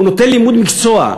הוא נותן לימוד מקצוע,